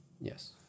Yes